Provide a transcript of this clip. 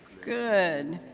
good.